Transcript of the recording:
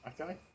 okay